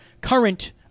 current